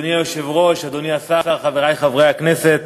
אדוני היושב-ראש, אדוני השר, חברי חברי הכנסת,